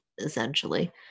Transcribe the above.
essentially